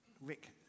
Rick